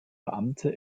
beamte